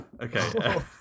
Okay